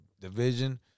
division